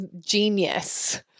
genius